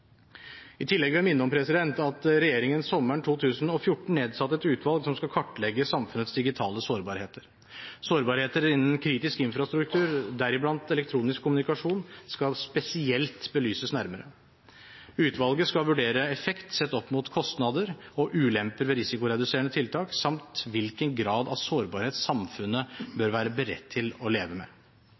I tillegg vil jeg minne om at regjeringen sommeren 2014 nedsatte et utvalg som skal kartlegge samfunnets digitale sårbarheter. Sårbarheter innen kritisk infrastruktur, deriblant elektronisk kommunikasjon, skal spesielt belyses nærmere. Utvalget skal vurdere effekt sett opp mot kostnader og ulemper ved risikoreduserende tiltak samt hvilken grad av sårbarhet samfunnet bør være beredt til å leve med.